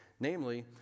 namely